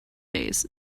days